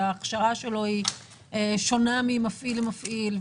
וההכשרה שלו שונה ממפעיל למפעיל.